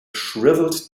shriveled